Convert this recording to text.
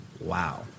Wow